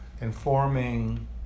informing